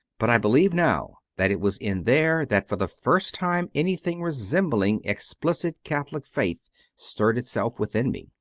but i believe now that it was in there that for the first time anything resembling explicit catholic faith stirred itself within me.